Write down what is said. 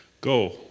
Go